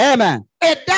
Amen